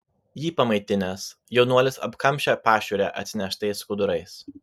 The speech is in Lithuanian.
jį pamaitinęs jaunuolis apkamšė pašiūrę atsineštais skudurais